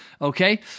Okay